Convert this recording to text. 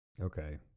Okay